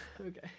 Okay